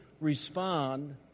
respond